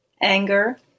anger